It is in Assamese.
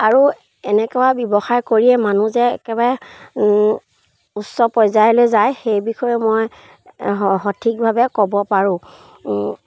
আৰু এনেকুৱা ব্যৱসায় কৰিয়ে মানুহ যে একেবাৰে উচ্চ পৰ্যায়লৈ যায় সেই বিষয়ে মই সঠিকভাৱে ক'ব পাৰোঁ